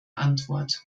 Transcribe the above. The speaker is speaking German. antwort